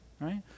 Right